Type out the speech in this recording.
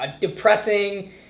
Depressing